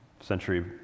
century